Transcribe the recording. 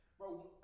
bro